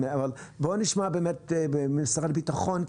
אבל בואו נשמע באמת ממשרד הביטחון,